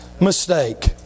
mistake